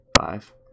Five